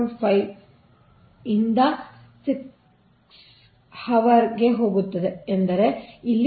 5 ರಿಂದ 6 ಗಂಟೆಗೆ ಹೋಗುತ್ತದೆ ಎಂದರೆ ಈ 2